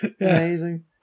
Amazing